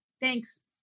thanks